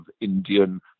Indian